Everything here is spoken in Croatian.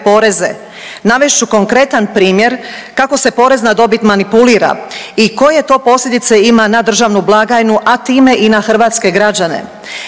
poreze. Navest ću konkretan primjer kako se porezna dobit manipulira i koje to posljedice ima na državnu blagajnu, a time i na hrvatske građane.